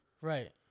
Right